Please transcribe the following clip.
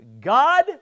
God